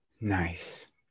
nice